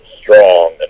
Strong